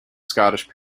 scottish